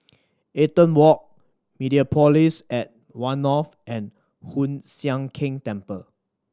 Eaton Walk Mediapolis at One North and Hoon Sian Keng Temple